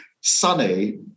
Sunny